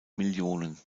millionen